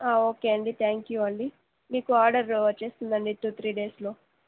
okay అండి thank you అండి మీకు ఆర్డరు వచ్చేస్తుంది అండి టూ త్రీ డేస్లో